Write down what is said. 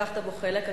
לקחת בו חלק.